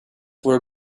were